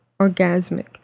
orgasmic